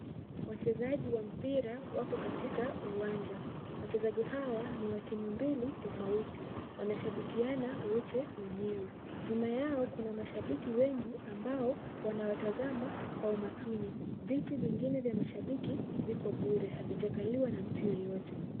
Wachezaji wa mpira wako katika uwanja. Wachezaji hawa ni wa timu mbili tofauti. Wanashabikiana wote wenyewe. Nyuma yao kuna mashabiki wengi ambao wanawatazama kwa umakini. Viti vingine vya mashabiki viko bure havijakaliwa na mtu yeyote.